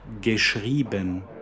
Geschrieben